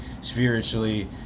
spiritually